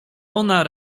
ona